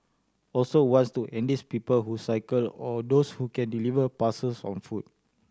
also wants to enlist people who cycle or those who can deliver parcels on foot